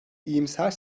iyimser